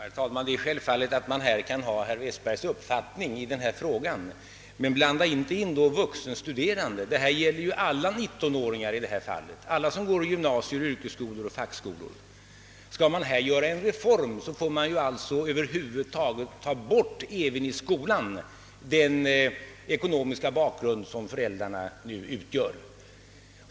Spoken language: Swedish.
Herr talman! Det är självfallet att man kan ha den uppfattning som herr Westberg gör sig till talesman för i denna fråga. Men blanda då inte in vuxenstuderande, herr Westberg. Detta gäller ju alla 19-åringar — alla som går i gymnasier, yrkesskolor och fackskolor. Skall man härvidlag göra en reform måste man över huvud taget föra bort ur bilden även i skolan den ekonomiska bakgrund som föräldrarna nu utgör.